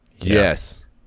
Yes